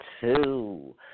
two